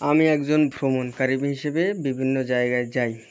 আমি একজন ভ্রমণকারী হিসেবে বিভিন্ন জায়গায় যাই